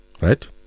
Right